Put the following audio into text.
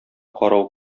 карау